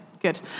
Good